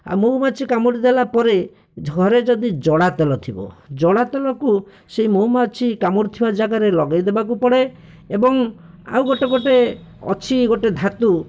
ଆଉ ମହୁମାଛି କାମୁଡ଼ିଦେଲା ପରେ ଘରେ ଯଦି ଜଡ଼ାତେଲ ଥିବ ଜଡ଼ାତେଲକୁ ସେହି ମହୁମାଛି କାମୁଡ଼ିଥିବା ଜାଗାରେ ଲଗାଇଦେବାକୁ ପଡ଼େ ଏବଂ ଆଉ ଗୋଟିଏ ଗୋଟିଏ ଅଛି ଗୋଟିଏ ଧାତୁ